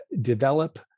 develop